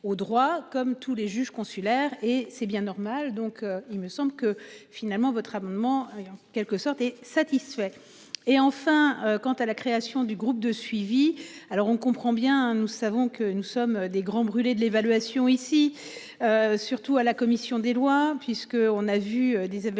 droit comme tous les juges consulaires et c'est bien normal. Donc il me semble que finalement votre amendement est en quelque sorte et satisfait et enfin quant à la création du groupe de suivi. Alors on comprend bien nous savons que nous sommes des grands brûlés de l'évaluation ici. Surtout à la commission des lois, puisque on a vu des évaluations